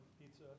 pizza